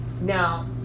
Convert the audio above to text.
Now